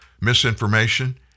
misinformation